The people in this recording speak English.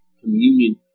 communion